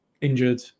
injured